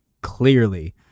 clearly